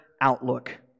outlook